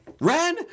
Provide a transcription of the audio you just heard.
Ren